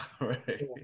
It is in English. right